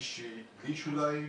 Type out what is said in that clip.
בלי שוליים.